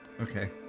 Okay